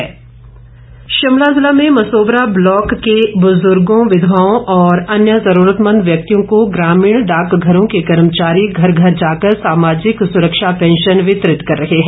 pension Shimla जिला में Mashobra block के बुज़्गों विधवाओं और अन्य जरूरतमंद व्यक्तियों को ग्रामीण डाकघरों के कर्मचारी घर घर जाकर समाजिक सुरक्षा पैंशन वितरित कर रहे है